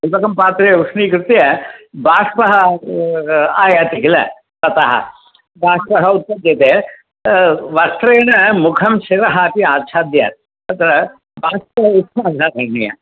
उदकं पात्रे उष्णीकृत्य बाष्पः आयाति किल ततः बाष्पः उत्पद्यते वस्त्रेण मुखं शिरः अपि आच्छाद्य तत्र बाष्प उच्छ्वासः करणीयः